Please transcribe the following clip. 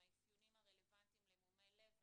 עם האפיונים הרלוונטיים למומי לב,